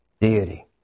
deity